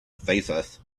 thesis